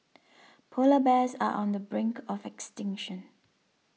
Polar Bears are on the brink of extinction